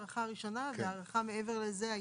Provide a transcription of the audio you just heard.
והארכה מעבר לזה?